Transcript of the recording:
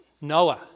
Noah